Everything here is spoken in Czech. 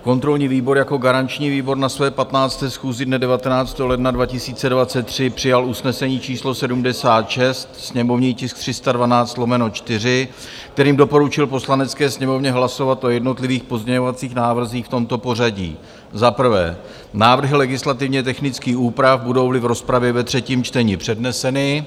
Kontrolní výbor jako garanční výbor na své 15. schůzi dne 19. ledna 2023 přijal usnesení číslo 76, sněmovní tisk 312/4, kterým doporučil Poslanecké sněmovně hlasovat o jednotlivých pozměňovacích návrzích v tomto pořadí: Za prvé návrhy legislativně technických úprav, budouli v rozpravě ve třetím čtení předneseny.